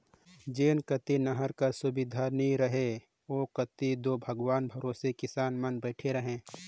जेन कती नहर कर सुबिधा नी रहें ओ कती दो भगवान भरोसे किसान मन बइठे रहे